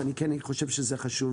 אני חושב שחשוב